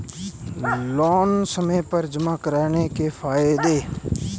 Loan समय पर जमा कराने के क्या फायदे हैं?